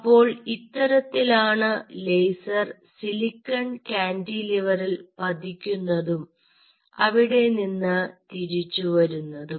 അപ്പോൾ ഇത്തരത്തിലാണ് laser silicon കാൻന്റിലിവറിൽ പതിക്കുന്നതും അവിടെനിന്ന് തിരിച്ചുവരുന്നതും